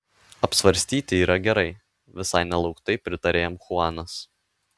apsvarstyti yra gerai visai nelauktai pritarė jam chuanas